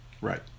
right